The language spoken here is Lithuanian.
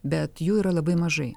bet jų yra labai mažai